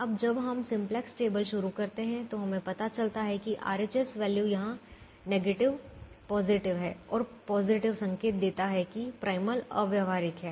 अब जब हम सिम्प्लेक्स टेबल शुरू करते हैं तो हमें पता चलता है कि RHS वैल्यू यहां नेगेटिव पॉजिटिव हैं और पॉजिटिव संकेत देता है कि प्राइमल अव्यावहारिक है